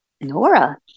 Nora